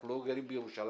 אנחנו לא גרים בירושלים.